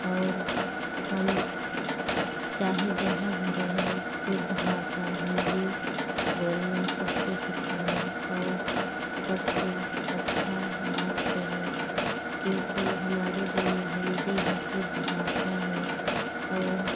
और हम चाहे जहाँ भी रहें शुद्ध भाषा हिन्दी बोलना सबको सिखाएं और सबसे अच्छा बात करें क्योंकि हमारे लिए हिन्दी ही शुद्ध भाषा है और